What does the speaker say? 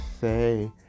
say